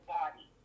body